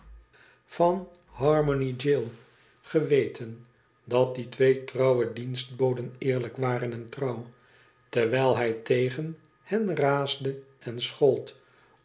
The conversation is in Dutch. van harmony jail geweten dat die twee troawe diensboden eerlijk waren en trouw terwijl hij tegen hen raasde en schold